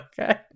Okay